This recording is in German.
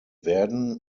werden